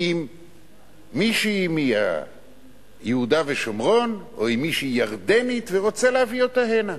עם מישהי מיהודה ושומרון או עם מישהי ירדנית ורוצה להביא אותה הנה.